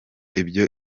ibyo